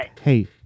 Hey